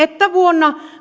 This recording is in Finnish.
että vuonna